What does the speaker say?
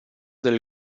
del